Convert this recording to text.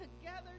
together